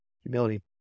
Humility